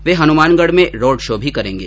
वे हनुमानगढ में road show भी करेंगे